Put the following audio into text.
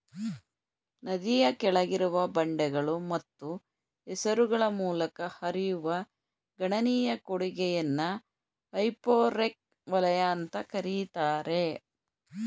ನದಿಯ ಕೆಳಗಿರುವ ಬಂಡೆಗಳು ಮತ್ತು ಕೆಸರುಗಳ ಮೂಲಕ ಹರಿಯುವ ಗಣನೀಯ ಕೊಡುಗೆಯನ್ನ ಹೈಪೋರೆಕ್ ವಲಯ ಅಂತ ಕರೀತಾರೆ